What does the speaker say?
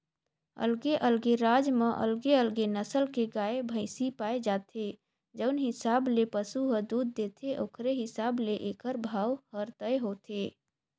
अलगे अलगे राज म अलगे अलगे नसल के गाय, भइसी पाए जाथे, जउन हिसाब ले पसु ह दूद देथे ओखरे हिसाब ले एखर भाव हर तय होथे